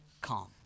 calm